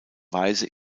weise